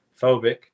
phobic